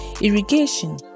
irrigation